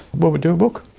we'll but do a book.